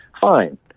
fine